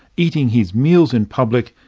eating his meals in public,